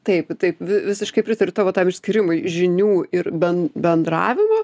taip taip vi visiškai pritariu tavo tam išskyrimui žinių ir ben bendravimo